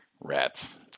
Rats